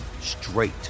straight